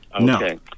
Okay